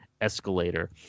escalator